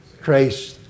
Christ